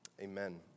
Amen